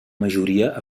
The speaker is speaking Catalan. majoria